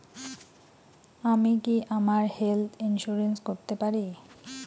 আমি কি আমার হেলথ ইন্সুরেন্স করতে পারি?